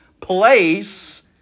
place